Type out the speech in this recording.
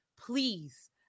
Please